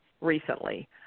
recently